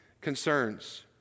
concerns